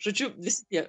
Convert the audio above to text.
žodžiu vis tie